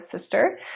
sister